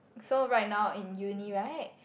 so right now in uni right